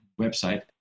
website